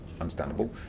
understandable